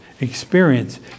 experience